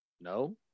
No